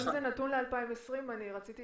זה היה לגבי השאלה השנייה.